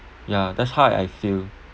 ya that's how I feel